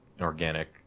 organic